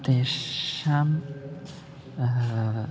तेषाम्